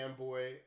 fanboy